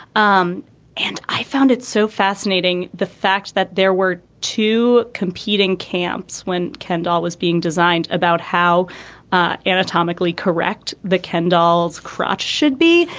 um and i found it so fascinating, the fact that there were two competing camps when kendall was being designed about how anatomically correct the ken dolls crotch should be.